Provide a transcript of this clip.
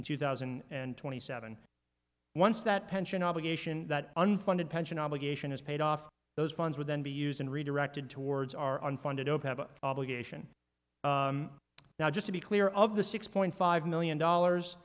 in two thousand and twenty seven once that pension obligation that unfunded pension obligation is paid off those funds would then be used and redirected towards our unfunded opana obligation now just to be clear of the six point five million